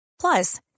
Plus